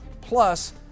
Plus